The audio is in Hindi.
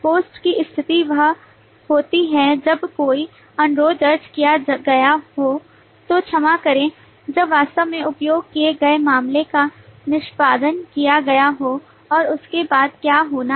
पोस्ट की स्थिति वह होती है जब कोई अनुरोध दर्ज किया गया हो तो क्षमा करें जब वास्तव में उपयोग किए गए मामले का निष्पादन किया गया हो और उसके बाद क्या होना है